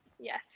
Yes